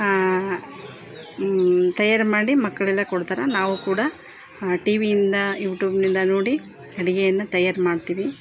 ತಯಾರು ಮಾಡಿ ಮಕ್ಕಳೆಲ್ಲ ಕೊಡ್ತಾರೆ ನಾವು ಕೂಡ ಹಾಂ ಟಿವಿಯಿಂದ ಯೂಟೂಬ್ನಿಂದ ನೋಡಿ ಅಡುಗೆಯನ್ನ ತಯಾರು ಮಾಡ್ತೀವಿ